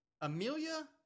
Amelia